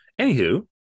Anywho